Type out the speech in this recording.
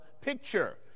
picture